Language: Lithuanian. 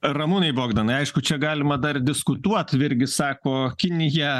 ramūnai bogdanai aišku čia galima dar diskutuot virgis sako kinija